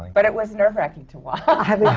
but it was nerve-wracking to watch!